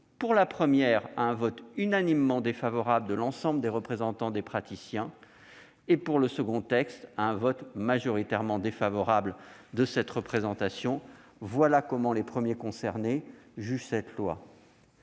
pour la première, à un vote unanimement défavorable de l'ensemble des représentants des praticiens et, pour la seconde, à un vote majoritairement défavorable de cette représentation ». Voilà comment les premiers concernés jugent cette loi.